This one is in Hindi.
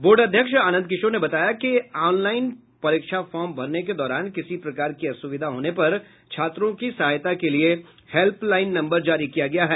बोर्ड अध्यक्ष आनंद किशोर ने बताया कि ऑनलाइन परीक्षा फॉर्म भरने के दौरान किसी प्रकार की असुविधा होने पर छात्रों की सहायता के लिए हेल्प लाईन नम्बर जारी किया गया है